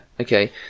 Okay